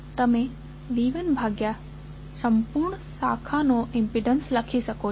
તમે V1ભાગ્યા સંપૂર્ણ શાખાનો ઈમ્પિડન્સ લખી શકો છો